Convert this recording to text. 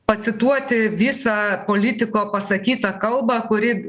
pacituoti visą politiko pasakytą kalbą kuri